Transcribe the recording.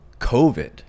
COVID